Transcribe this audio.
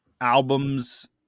albums